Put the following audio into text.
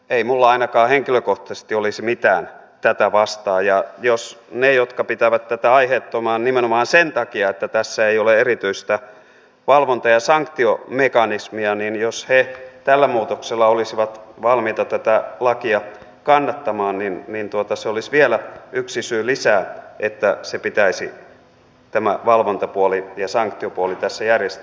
ei minulla ainakaan henkilökohtaisesti olisi mitään tätä vastaan ja jos ne jotka pitävät tätä aiheettomana nimenomaan sen takia että tässä ei ole erityistä valvonta ja sanktiomekanismia tällä muutoksella olisivat valmiita tätä lakia kannattamaan niin se olisi vielä yksi syy lisää että pitäisi tämä valvontapuoli ja sanktiopuoli tässä järjestää